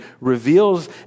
reveals